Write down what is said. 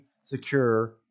secure